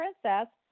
Princess